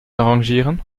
arrangieren